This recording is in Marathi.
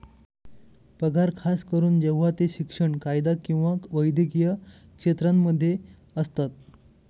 पगार खास करून जेव्हा ते शिक्षण, कायदा किंवा वैद्यकीय क्षेत्रांमध्ये असतात